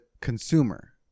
consumer